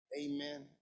Amen